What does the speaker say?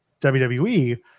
WWE